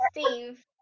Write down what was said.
Steve